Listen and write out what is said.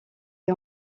est